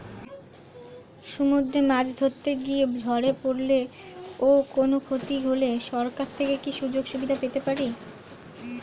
সমুদ্রে মাছ ধরতে গিয়ে ঝড়ে পরলে ও ক্ষতি হলে সরকার থেকে কি সুযোগ সুবিধা পেতে পারি?